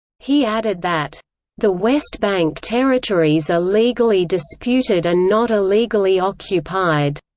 he added that the west bank territories are legally disputed and not illegally occupied.